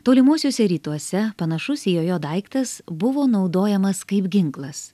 tolimuosiuose rytuose panašus į jojo daiktas buvo naudojamas kaip ginklas